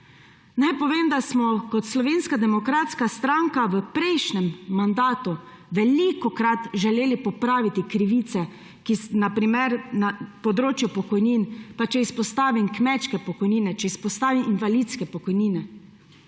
Naj povem, da smo kot Slovenska demokratska stranka v prejšnjem mandatu velikokrat želeli popraviti krivice na primer na področju pokojnin, pa če izpostavim kmečke pokojnine, če izpostavim invalidske pokojnine.